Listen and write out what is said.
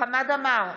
חמד עמאר,